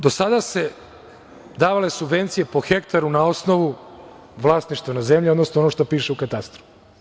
Do sada su se davale subvencije po hektaru na osnovu vlasništva na zemlji, odnosno onog što piše u katastru.